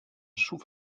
chou